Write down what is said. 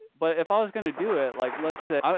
but if i was going to do it, like let's say,